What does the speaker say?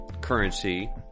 currency